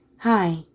hi